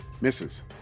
misses